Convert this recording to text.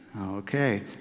Okay